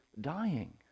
dying